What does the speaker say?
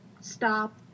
stop